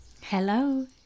Hello